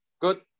Good